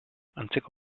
antzeko